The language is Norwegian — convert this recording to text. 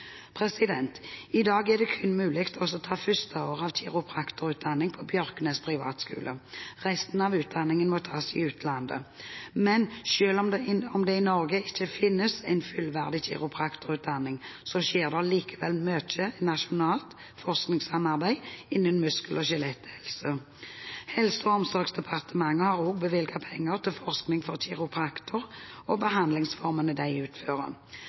I dag er det kun mulig å ta det første året av kiropraktorutdanning på Bjørknes Privatskole, resten av utdanningen må tas i utlandet. Men selv om det i Norge ikke finnes en fullverdig kiropraktorutdanning, skjer det likevel mye nasjonalt forskningssamarbeid innen muskel- og skjeletthelse. Helse- og omsorgsdepartementet har også bevilget penger til forskning for kiropraktorer og behandlingsformene de utfører.